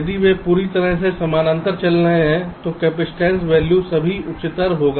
यदि वे पूरी तरह से समानांतर चल रहे हैं तो कपसिटंस वैल्यू सभी उच्चतर होगा